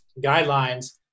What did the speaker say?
guidelines